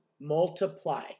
multiply